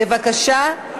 בבקשה.